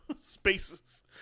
Spaces